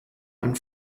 einen